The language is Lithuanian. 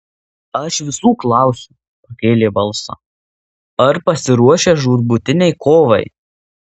aš visų klausiu pakėlė balsą ar pasiruošę žūtbūtinei kovai